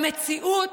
במציאות,